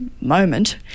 moment